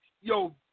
yo